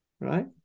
Right